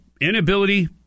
inability